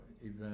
event